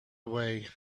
away